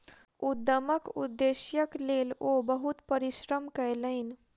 उद्यमक उदेश्यक लेल ओ बहुत परिश्रम कयलैन